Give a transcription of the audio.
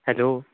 hello